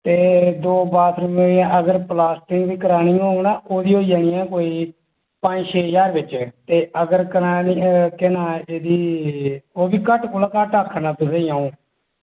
ते दे बाथरूमें ई अगर प्लॉस्टिक करानी होग ना ओह्दी होई जानी कोई पंज छे ज्हार बिच अगर करानी केह् नांऽ एह्दी ओह्बी घट्ट कोला घट्ट आक्खा ना तुसेंगी अ'ऊं